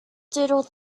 doodle